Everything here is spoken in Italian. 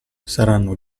saranno